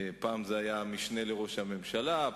פעם המשנה לראש הממשלה,